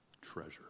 treasure